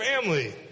family